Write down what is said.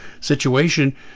situation